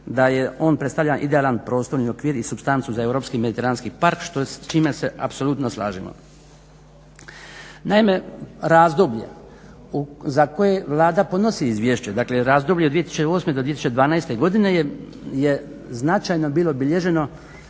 Da on predstavlja idealan prostorni okvir i supstancu za Europski mediteranski park s čime se apsolutno slažemo. Naime, razdoblje za koje Vlada podnosi izvješće, dakle razdoblje od 2008. do 2012. godine je značajno bilo bilježeno